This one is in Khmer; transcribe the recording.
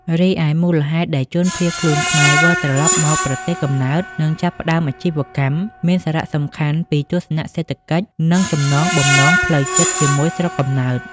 រីឯមូលហេតុដែលជនភៀសខ្លួនខ្មែរវិលត្រឡប់មកប្រទេសកំណើត និងចាប់ផ្តើមអាជីវកម្ម មានសារសំខាន់ពីទស្សនៈសេដ្ឋកិច្ច និងចំណងបំណងផ្លូវចិត្តជាមួយស្រុកកំណើត។